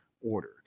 order